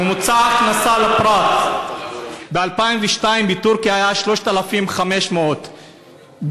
ממוצע ההכנסה לפרט: ב-2002 בטורקיה הוא היה 3,500 דולר,